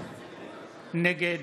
נגד